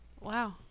Wow